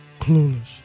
clueless